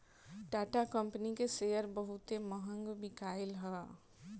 Tata company के share बहुते महंग बिकाईल हअ